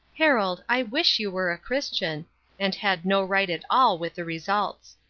harold, i wish you were a christian and had no right at all with the results.